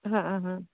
हँ हँ